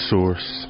Source